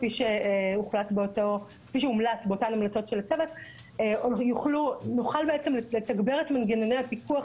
כפי שהומלץ באותן המלצות של הצוות - יוכלו לתגבר את מנגנוני הפיקוח,